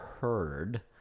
heard